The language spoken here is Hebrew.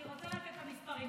אני רוצה לתת את המספרים.